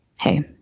Hey